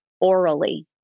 orally